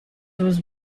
was